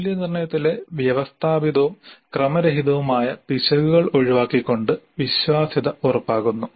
മൂല്യനിർണ്ണയത്തിലെ വ്യവസ്ഥാപിതവും ക്രമരഹിതവുമായ പിശകുകൾ ഒഴിവാക്കിക്കൊണ്ട് വിശ്വാസ്യത ഉറപ്പാക്കുന്നു